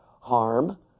harm